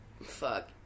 Fuck